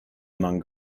among